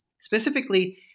specifically